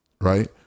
right